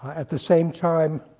at the same time,